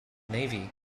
navy